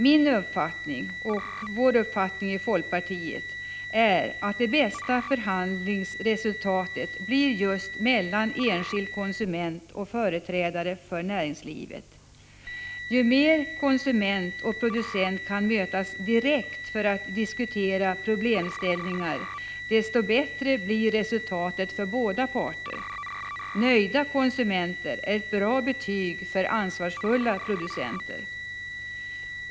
Min och folkpartiets uppfattning är att det bästa förhandlingsresultatet åstadkoms mellan enskild konsument och företrädare för näringslivet. Ju mer konsument och producent kan mötas direkt för att diskutera problem, desto bättre blir resultatet för båda parter. Nöjda konsumenter är ett bra betyg för ansvarsfulla producenter.